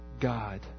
God